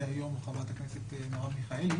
דהיום חברת הכנסת מירב מיכאלי.